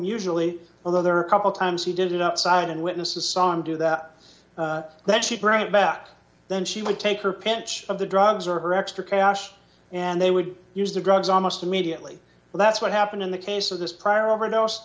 usually although there are a couple times he did it outside and witnesses saw him do that that she wrote back then she would take her pitch of the drugs or her extra cash and they would use the drugs almost immediately and that's what happened in the case of this prior overdose